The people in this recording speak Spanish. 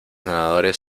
nadadores